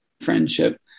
friendship